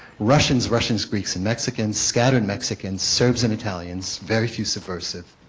russians, russians, greeks, and mexicans, scattered mexicans, serbs, and italians, very few subversive,